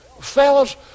Fellas